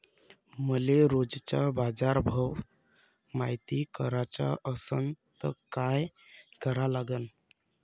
मले रोजचा बाजारभव मायती कराचा असन त काय करा लागन?